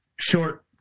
short